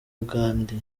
gandhi